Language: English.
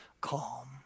calm